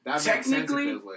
technically